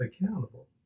accountable